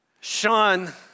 Sean